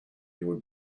your